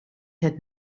had